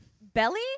Belly